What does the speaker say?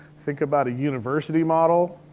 think about a university model,